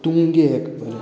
তুঙ্গে একদম